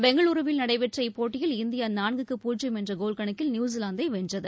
பெங்களுருவில் நடைபெற்ற இப்போட்டியில் இந்தியாநான்குக்கு பூஜ்யம் என்றகோல்கணக்கில் நியூசிலாந்தைவென்றது